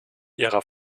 ihrer